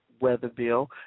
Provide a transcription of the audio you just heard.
Weatherbill